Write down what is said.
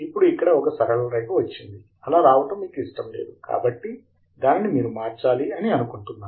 ఇప్పుడు ఇక్కడ ఒక సరళరేఖ వచ్చింది అలా రావటం మీకు ఇష్టము లేదు కాబట్టి దానిని మీరు మార్చాలి అని అనుకుంటున్నారు